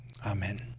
Amen